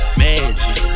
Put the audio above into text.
magic